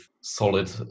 solid